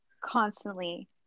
constantly